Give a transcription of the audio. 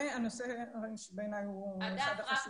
והנושא שבעיניי הוא אחד החשובים ביותר